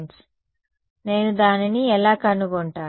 driving point impedance నేను దానిని ఎలా కనుగొంటాను